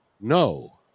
no